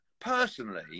personally